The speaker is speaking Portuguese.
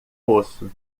poço